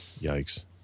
Yikes